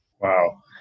Wow